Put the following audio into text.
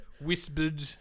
whispered